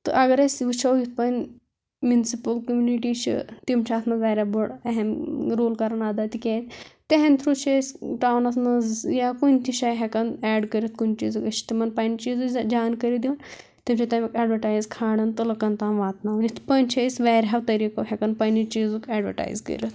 تہٕ اگر أسۍ وُچھَو یِتھ پٔنۍ مُنسِپُل کمنٹی چھِ تِم چھِ اَتھ منٛز واریاہ بوٚڈ اہم رول کران ادا تِکیٛازِ تِہٕنٛدِ تھرو چھِ أسۍ پانَس منٛز یا کُنہِ تہِ جایہِ ہٮ۪کان ایٚڈ کٔرِتھ کُنہِ چیٖزُک أسۍ چھِ تِمَن پَنٛنہِ چیٖزٕج جانکٲری دِوان تِم چھِ تمیُک ایٚڈوَٹایِز کھاران تہٕ لُکَن تام واتٕناوان یِتھ کٔنۍ چھِ أسۍ واریاہَو طٔریٖقَو ہٮ۪کان پَنٛنہِ چیٖزُک ایٚڈوَٹایِز کٔرِتھ